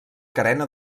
carena